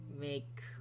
make